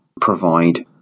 provide